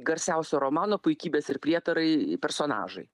garsiausio romano puikybės ir prietarai personažai